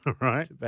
Right